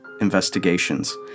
investigations